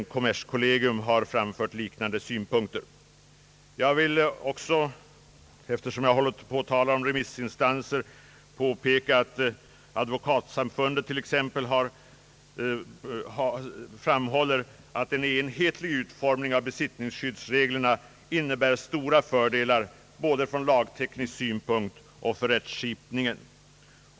Kommerskollegium har också framfört liknande synpunkter. Medan jag håller på att tala om remissinstanser, vill jag också påpeka att Advokatsamfundet framhåller att en enhällig utformning av besittningsskyddsreglerna innebär stora fördelar både från lagteknisk synpunkt och för rättsskipningen.